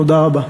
תודה רבה.